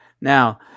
Now